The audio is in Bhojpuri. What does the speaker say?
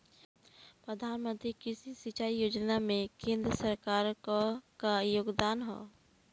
प्रधानमंत्री कृषि सिंचाई योजना में केंद्र सरकार क का योगदान ह?